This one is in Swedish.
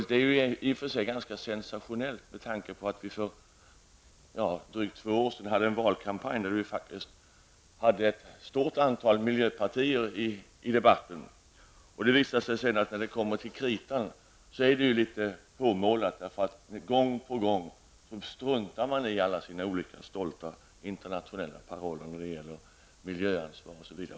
Detta är i och för sig ganska sensationellt med tanke på att vi för drygt två år sedan hade en valkampanj med ett stort antal miljöpartier som deltog i debatten. Det visar sig sedan när det kommer till kritan att detta är litet påmålat. Gång på gång struntar man i alla sina olika stolta internationella paroller när det gäller miljöansvar osv.